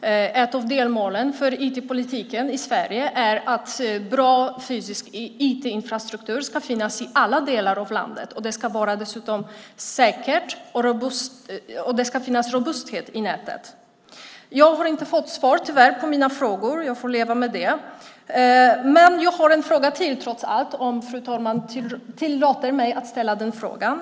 Ett av delmålen för IT-politiken i Sverige är att bra fysisk IT-infrastruktur ska finnas i alla delar av landet. Det ska dessutom vara säkert, och det ska finnas en robusthet i nätet. Jag har tyvärr inte fått något svar på mina frågor, jag får leva med det. Men jag har en fråga till trots det, om fru talmannen tillåter mig att ställa den frågan.